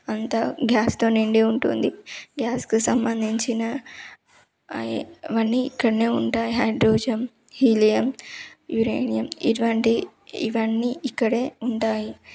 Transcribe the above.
అంతా గ్యాస్తో నిండి ఉంటుంది గ్యాస్కి సంబంధించిన అవన్నీ ఇక్కడనే ఉంటాయి హైడ్రోజన్ హీలియం యురేనియం ఇటువంటి ఇవన్నీ ఇక్కడే ఉంటాయి